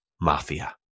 mafia